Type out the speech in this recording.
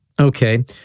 Okay